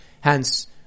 Hence